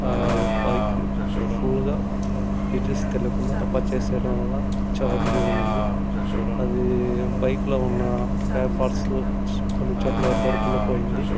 ఆ బైక్ ఫుల్గా డీటెయిల్స్ తెలియకుండా పర్చేజ్ చేయడం వల్ల చాలా ఇబ్బందిగా ఉన్నింది అది బైక్లో ఉన్న స్పేర్ పార్ట్సు కొన్ని చోట్ల దొరకకుండా పోయింది